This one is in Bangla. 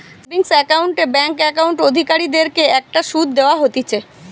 সেভিংস একাউন্ট এ ব্যাঙ্ক একাউন্ট অধিকারীদের কে একটা শুধ দেওয়া হতিছে